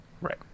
Right